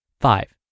Five